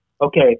okay